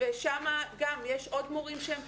ושם גם יש עוד מורים שהם פוגשים.